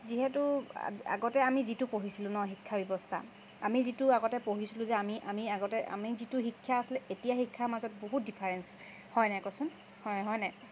যিহেতু আগতে আমি যিটো পঢ়িছিলো ন শিক্ষা ব্যৱস্থা আমি যিটো আগতে পঢ়িছিলো যে আমি আমি আগতে আমি যিটো শিক্ষা আছিলে এতিয়া শিক্ষাৰ মাজত বহুত ডিফাৰেঞ্চ হায় নাই কচোন হয় হয় নাই